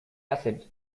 acid